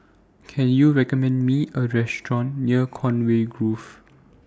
Can YOU recommend Me A Restaurant near Conway Grove